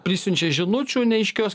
prisiunčia žinučių neaiškios